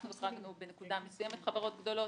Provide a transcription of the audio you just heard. אנחנו החרגנו בנקודה מסוימת חברות גדולות.